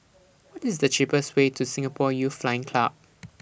What IS The cheapest Way to Singapore Youth Flying Club